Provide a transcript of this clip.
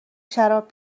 شراب